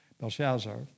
Belshazzar